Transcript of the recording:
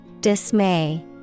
Dismay